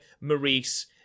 Maurice